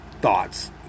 Thoughts